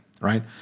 right